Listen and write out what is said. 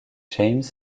james